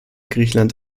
griechenland